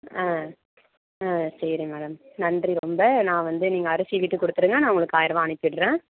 ஆ ஆ சரி மேடம் நன்றி ரொம்ப நான் வந்து நீங்கள் அரிசி வீட்டுக்கு கொடுத்துடுங்க நான் உங்களுக்கு ஆயருவா அனுப்பிடுறேன்